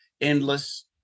endless